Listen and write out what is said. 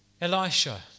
Elisha